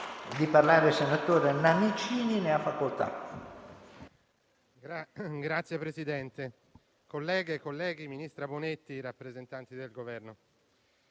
Signor Presidente, colleghe e colleghi, ministra Bonetti, rappresentanti del Governo,